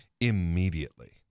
immediately